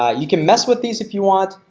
ah you can mess with these if you want.